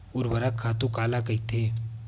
ऊर्वरक खातु काला कहिथे?